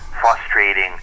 frustrating